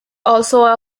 also